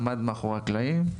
עמד מאחורי הקלעים.